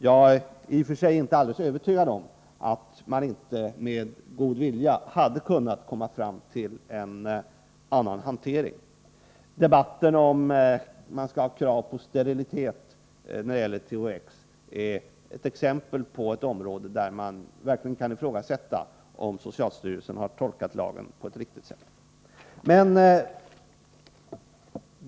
Jag är i och för sig inte alldeles övertygad om att man inte med god vilja hade kunnat komma fram till en annan hantering — debatten om huruvida man skall ha krav på sterilitet när det gäller THX är exempel på ett område där man verkligen kan ifrågasätta om socialstyrelsen har tolkat lagen på ett riktigt sätt.